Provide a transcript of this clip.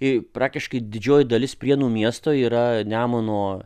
ir praktiškai didžioji dalis prienų miesto yra nemuno